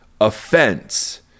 offense